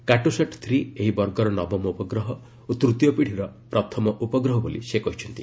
Cartosat three ଏହି ବର୍ଗର ନବମ ଉପଗ୍ରହ ଓ ତୃତୀୟ ପିଢ଼ିର ପ୍ରଥମ ଉପଗ୍ରହ ବୋଲି ସେ କହିଛନ୍ତି